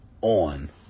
on